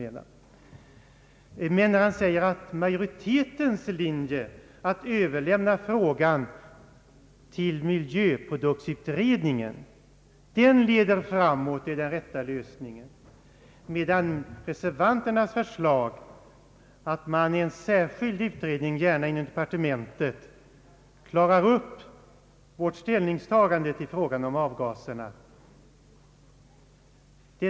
Men herr Karlsson säger att majoritetens linje att överlämna frågan till miljöproduktutredningen leder framåt till den rätta lösningen, medan reservanternas förslag, att man i en särskild utredning — gärna inom departementet — klarar upp vårt ställningstagande till frågan om avgaserna, inte är realistiskt.